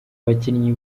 abakinnyi